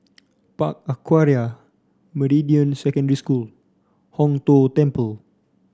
Park Aquaria Meridian Secondary School Hong Tho Temple